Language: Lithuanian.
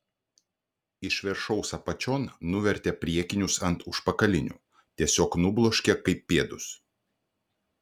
iš viršaus apačion nuvertė priekinius ant užpakalinių tiesiog nubloškė kaip pėdus